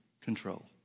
control